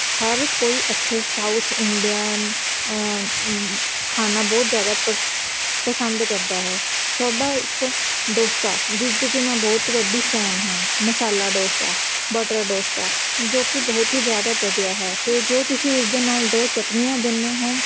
ਹਰ ਕੋਈ ਇੱਥੇ south Indian ਖਾਣਾ ਬਹੁਤ ਜ਼ਿਆਦਾ ਪਸ ਪਸੰਦ ਕਰਦਾ ਹੈ ਤੁਹਾਡਾ ਇੱਕ ਡੋਸਾ ਜਿਸਦੀ ਕਿ ਮੈਂ ਬਹੁਤ ਵੱਡੀ ਫੈਨ ਹਾਂ ਮਸਾਲਾ ਡੋਸਾ ਬਟਰ ਡੋਸਾ ਜੋ ਕਿ ਬਹੁਤ ਹੀ ਜ਼ਿਆਦਾ ਵਧੀਆ ਹੈ ਅਤੇ ਜੋ ਤੁਸੀਂ ਉਸਦੇ ਨਾਲ ਦੋ ਚਟਨੀਆਂ ਦਿੰਦੇ ਹੋ